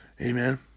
Amen